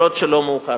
כל עוד לא מאוחר.